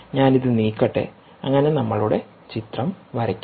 ഞാൻ ഇത് നീക്കട്ടെ അങ്ങനെ നമ്മളുടെ ചിത്രം വരയ്ക്കാം